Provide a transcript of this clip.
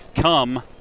come